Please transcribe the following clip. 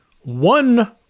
one